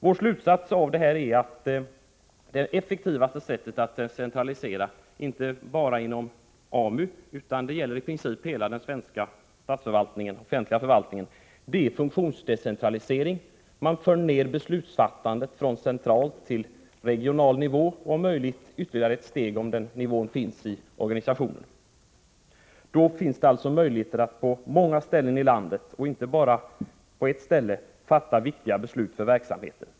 Vår slutsats av detta är att det effektivaste sättet att decentralisera, inte bara i fråga om AMU utan i princip hela den svenska offentliga förvaltningen, är funktionsdecentraliseringen. Man för ner beslutsfattandet från central till regional nivå och om möjligt ytterligare ett steg ner, om den nivån finns i organisationen. Då finns det möjligheter att på många ställen i landet, inte bara på ett ställe, fatta för verksamheten viktiga beslut.